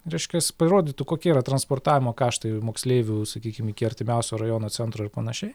reiškias parodytų kokie yra transportavimo kaštai moksleivių sakykim iki artimiausio rajono centro ir panašiai